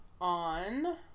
on